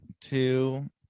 two